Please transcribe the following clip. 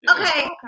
Okay